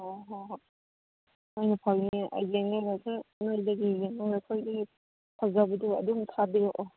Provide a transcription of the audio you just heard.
ꯑꯣ ꯍꯣꯏ ꯍꯣꯏ ꯅꯈꯣꯏꯅ ꯐꯒꯅꯤ ꯐꯖꯕꯗꯣ ꯑꯗꯨꯝ ꯊꯥꯕꯤꯔꯛꯑꯣ